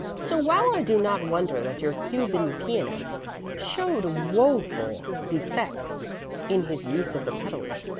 so, while i do not wonder that your cuban pianist showed woful defects in his use of the pedals,